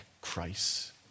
Christ